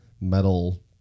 metal